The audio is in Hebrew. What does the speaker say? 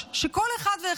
גם אם יש טעויות אנוש,